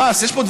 יש פה אולי,